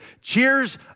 cheers